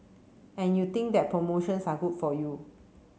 and you think that promotions are good for you